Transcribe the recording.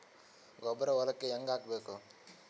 ಗೊಬ್ಬರ ಹೊಲಕ್ಕ ಹಂಗ್ ಹಾಕಬೇಕು?